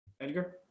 edgar